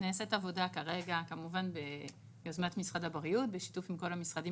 נעשית כרגע עבודה ביוזמת משרד הבריאות ובשיתוף עם כל המשרדים